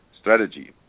strategy